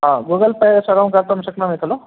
हा Google Pay सर्वं कर्तुं शक्नोमि खलु